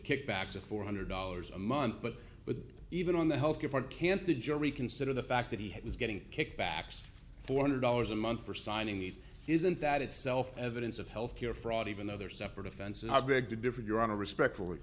kickbacks at four hundred dollars a month but but even on the health care fight can't the jury consider the fact that he was getting kickbacks four hundred dollars a month for signing these isn't that itself evidence of health care fraud even though they're separate offense and i beg to differ you're on to respectful